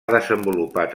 desenvolupat